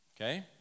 okay